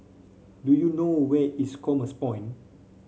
do you know where is Commerce Point